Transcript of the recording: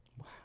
Wow